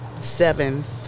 seventh